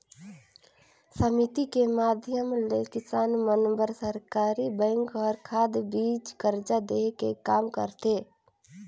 समिति के माधियम ले किसान मन बर सरकरी बेंक हर खाद, बीज, करजा देहे के काम करथे